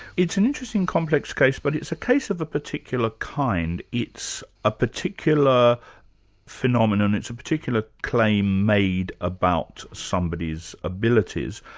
it's an interesting, complex case but it's a case of a particular kind it's a particular phenomenon, it's a particular claim made about somebody's abilities.